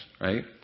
right